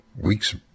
weeks